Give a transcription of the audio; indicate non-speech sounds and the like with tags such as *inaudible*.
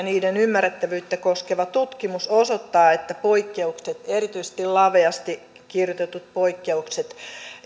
*unintelligible* niiden ymmärrettävyyttä koskeva tutkimus osoittaa että erityisesti laveasti kirjoitetut poikkeukset